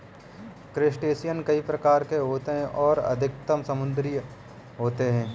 crustacean कई प्रकार के होते हैं और अधिकतर समुद्री होते हैं